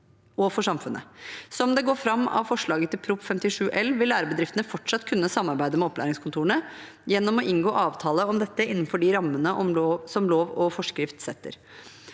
og for samfunnet. Som det går fram av forslaget i Prop. 57 L for 2022–2023, vil lærebedriftene fortsatt kunne samarbeide med opplæringskontorene gjennom å inngå avtale om dette innenfor de rammene som lov og forskrift setter.